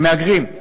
הם מהגרים.